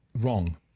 wrong